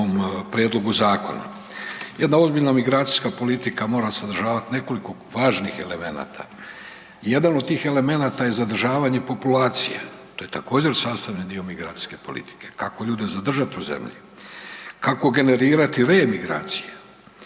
prijedlogu zakona. Jedna ozbiljna migracijska politika mora sadržavati nekoliko važnih elemenata. Jedan od tih elemenata je zadržavanje populacije to je također sastavni dio migracijske politike, kako ljude zadržati u zemlji, kako generirati reemigracije,